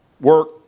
work